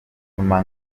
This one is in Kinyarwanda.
nyuma